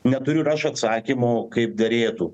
neturiu ir aš atsakymo kaip derėtų